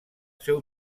seu